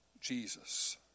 Jesus